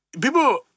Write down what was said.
people